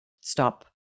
stop